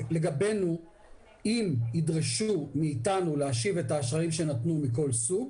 לגבינו אם ידרשו מאתנו להשיב את האשראים שנתנו מכל סוג,